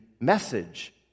message